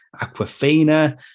Aquafina